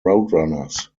roadrunners